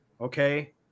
Okay